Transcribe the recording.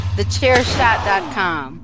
TheChairShot.com